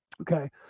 okay